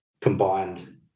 combined